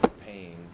Pain